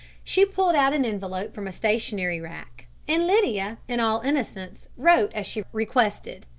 she pulled out an envelope from a stationery rack and lydia, in all innocence, wrote as she requested.